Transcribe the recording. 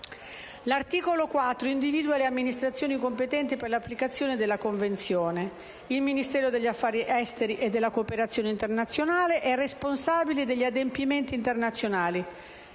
L'articolo 4 individua le amministrazioni competenti per l'applicazione della Convenzione. Il Ministero degli affari esteri e della cooperazione internazionale è responsabile degli adempimenti internazionali,